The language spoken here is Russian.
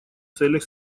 целях